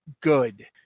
good